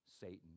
Satan